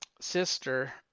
sister